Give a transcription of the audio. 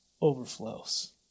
overflows